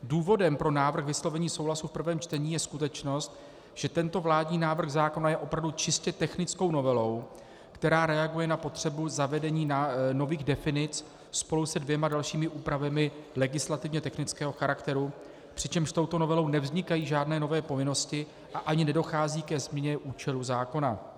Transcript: Důvodem pro návrh na vyslovení souhlasu v prvém čtení je skutečnost, že tento vládní návrh zákona je opravdu čistě technickou novelou, která reaguje na potřebu zavedení nových definic spolu se dvěma dalšími úpravami legislativně technického charakteru, přičemž touto novelou nevznikají žádné nové povinnosti a ani nedochází ke změně účelu zákona.